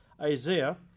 Isaiah